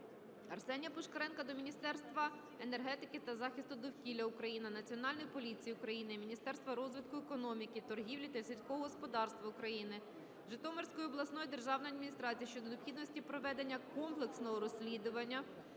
Арсенія Пушкаренка до Міністерства енергетики та захисту довкілля України, Національної поліції України, Міністерства розвитку економіки, торгівлі та сільського господарства України, Житомирської обласної державної адміністрації щодо необхідності проведення комплексного розслідування